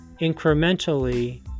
incrementally